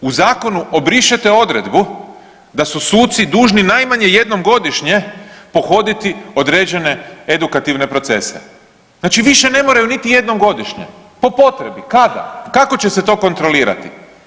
U zakonu obrišete odredbu da su suci dužni najmanje jednom godišnje pohoditi određene edukativne procese, znači više ne moraju niti jednom godišnje, po potrebi, kada, kako će se to kontrolirati.